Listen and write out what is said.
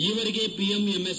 ಈವರೆಗೆ ಪಿಎಂಎಂಎಸ್